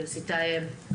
יוסי טייב,